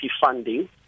funding